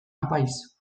apaiz